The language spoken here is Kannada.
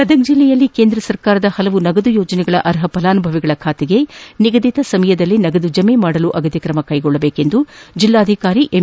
ಗದಗ ಜಿಲ್ಲೆಯಲ್ಲಿ ಕೇಂದ್ರ ಸರ್ಕಾರದ ವಿವಿಧ ನಗದು ಯೋಜನೆಗಳ ಅರ್ಹ ಫಲಾನುಭವಿಗಳ ಖಾತೆಗೆ ನಿಗದಿತ ಸಮಯದಲ್ಲಿ ನಗದು ಜಮೆ ಮಾಡಲು ಅಗತ್ಯ ಕ್ರಮ ಕೈಗೊಳ್ಳಬೇಕೆಂದು ಜೆಲ್ಲಾಧಿಕಾರಿ ಎಂ